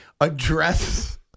address